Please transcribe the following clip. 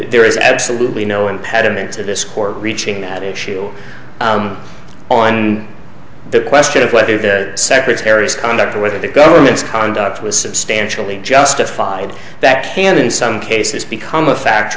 there is absolutely no impediment to this court reaching that issue on the question of whether the secretary's conduct or whether the government's conduct was substantially justified that can in some cases become a fact